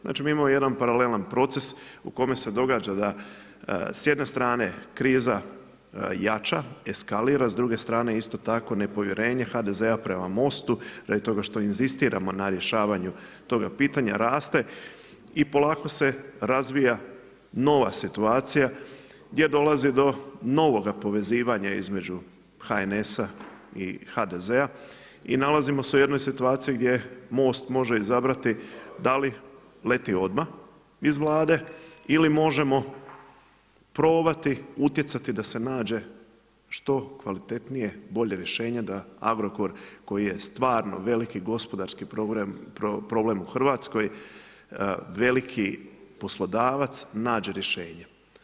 Znači mi imamo jedan paralelan proces u kome se događa da s jedne strane kriza jača, eskalira s druge strane isto tako nepovjerenje HDZ-a prema Most-u radi toga što inzistiramo na rješavanju toga pitanja raste i polako se razvija nova situacija gdje dolazi do novoga povezivanja između HNS-a i HDZ-a i nalazimo se u jednoj situaciji gdje Most može izabrati da li leti odmah iz Vlade ili možemo probati utjecati da se nađe što kvalitetnije i bolje rješenje da Agrokor koji je stvarno veliki i gospodarski problem u Hrvatskoj veliki poslodavac nađe rješenje.